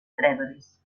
trèveris